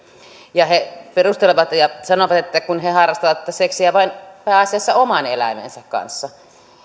he perustelevat ja sanovat että he harrastavat sitä seksiä vain pääasiassa oman eläimensä kanssa